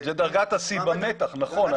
זה דרגת השיא במתח, נכון.